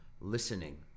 listening